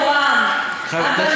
ממתינים לתורם, לא נמאס לך מהשקרים האלה?